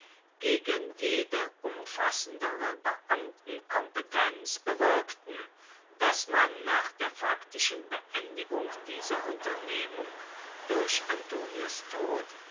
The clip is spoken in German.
gegen jede umfassendere beamtenkompetenz bewirkten daß man nach der faktischen beendigung dieser unternehmung durch antonius tod